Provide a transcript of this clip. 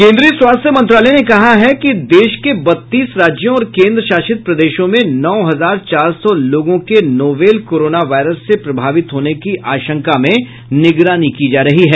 केन्द्रीय स्वास्थ्य मंत्रालय ने कहा कि देश के बत्तीस राज्यों और केन्द्र शासित प्रदेशों में नौ हजार चार सौ लोगों के नोवेल कोरोना वायरस से प्रभावित होने की आशंका में निगरानी की जा रही है